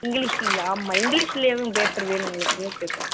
இங்கிலிஷ்லையா ஆமாம் இங்கிலிஷ்லயும் பேப்பர் வேணும் எங்களுக்கு நியூஸ் பேப்பர்